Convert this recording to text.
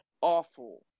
awful